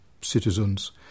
citizens